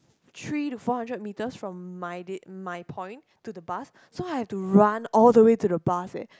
three to four hundred metres from my day my point to the bus so I had to run all the way to the bus eh